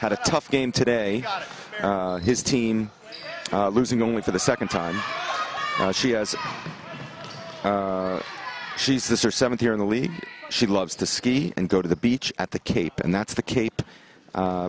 had a tough game today his team losing only for the second time she has she's this or seven here in the league she loves to ski and go to the beach at the cape and that's the cape